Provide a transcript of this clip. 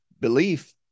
belief